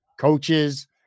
coaches